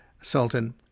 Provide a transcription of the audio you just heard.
Sultan